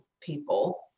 people